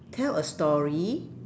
tell a story